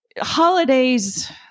holidays